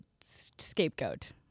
scapegoat